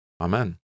Amen